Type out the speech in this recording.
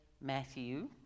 Matthew